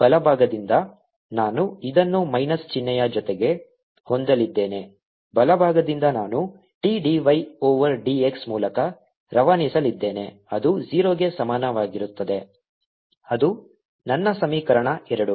ಬಲಭಾಗದಿಂದ ನಾನು ಇದನ್ನು ಮೈನಸ್ ಚಿಹ್ನೆಯ ಜೊತೆಗೆ ಹೊಂದಲಿದ್ದೇನೆ ಬಲಭಾಗದಿಂದ ನಾನು t d y over d x ಮೂಲಕ ರವಾನಿಸಲಿದ್ದೇನೆ ಅದು 0 ಗೆ ಸಮಾನವಾಗಿರುತ್ತದೆ ಅದು ನನ್ನ ಸಮೀಕರಣ ಎರಡು